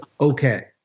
okay